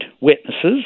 witnesses